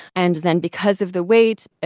and then because of the wait,